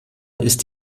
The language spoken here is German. ist